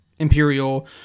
Imperial